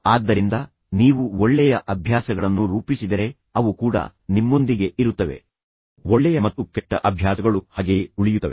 ಆದ್ದರಿಂದ ಒಳ್ಳೆಯ ಅಭ್ಯಾಸಗಳಿವೆ ನೀವು ಒಳ್ಳೆಯ ಅಭ್ಯಾಸಗಳನ್ನು ರೂಪಿಸಿದರೆ ಅವು ಕೂಡ ನಿಮ್ಮೊಂದಿಗೆ ಇರುತ್ತವೆ ಒಳ್ಳೆಯ ಮತ್ತು ಕೆಟ್ಟ ಅಭ್ಯಾಸಗಳು ಹಾಗೆಯೇ ಉಳಿಯುತ್ತವೆ